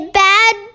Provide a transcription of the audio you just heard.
bad